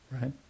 right